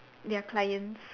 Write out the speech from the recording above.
their clients